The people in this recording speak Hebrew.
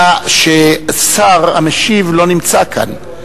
אלא שהשר המשיב לא נמצא כאן.